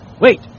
Wait